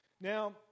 Now